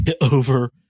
Over